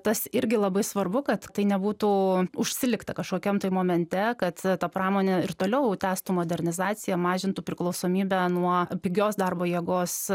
tas irgi labai svarbu kad tai nebūtų užsilikta kažkokiam tai momente kad ta pramonė ir toliau tęstų modernizaciją mažintų priklausomybę nuo pigios darbo jėgos